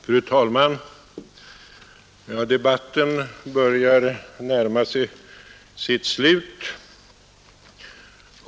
Nr 61 s Fru talman! Debatten börjar NÄRMA gig sitt slut.